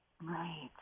Right